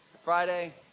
Friday